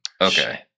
Okay